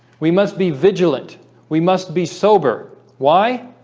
we must be vigilant we must be sober why